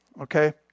okay